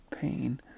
pain